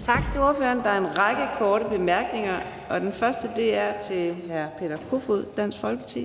Tak til ordføreren. Der er en række korte bemærkninger, og den første er til hr. Peter Kofod, Dansk Folkeparti.